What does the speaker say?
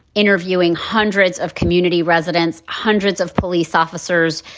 interviewing hundreds of community residents, hundreds of police officers,